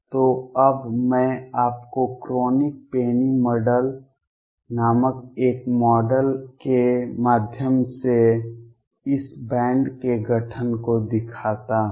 तो अब मैं आपको क्रोनिग पेनी मॉडल नामक एक मॉडल के माध्यम से इस बैंड के गठन को दिखाता हूं